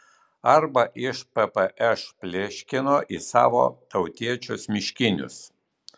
arba iš ppš pleškino į savo tautiečius miškinius